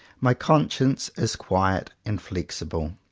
my conscience is quiet and flexible.